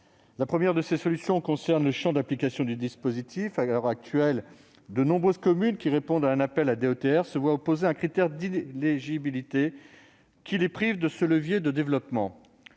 La première de ces solutions concerne le champ d'application du dispositif. À l'heure actuelle, de nombreuses communes qui répondent à un appel à DETR se voient opposer un critère d'inéligibilité qui les prive de ce levier de développement.